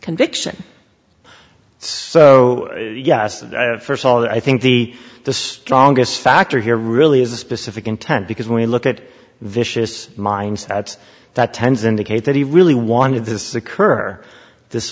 conviction so yes first of all that i think the the strongest factor here really is a specific intent because when you look at vicious mindsets that tends indicate that he really wanted this occur this